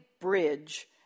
bridge